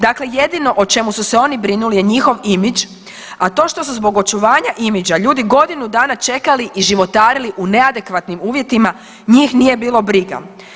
Dakle, jedino o čemu su se oni brinuli je njihov imidž, a to što su zbog očuvanja imidža ljudi godinu dana čekali i životarili u neadekvatnim uvjetima njih nije bilo briga.